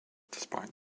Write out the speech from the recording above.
despite